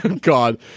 god